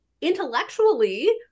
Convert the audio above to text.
intellectually